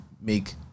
make